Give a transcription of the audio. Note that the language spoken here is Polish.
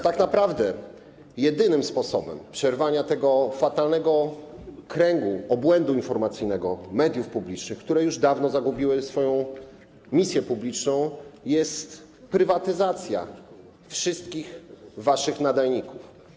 Tak naprawdę jedynym sposobem na przerwanie tego fatalnego kręgu, obłędu informacyjnego mediów publicznych, które już dawno zagubiły swoją misję publiczną, jest prywatyzacja wszystkich waszych nadajników.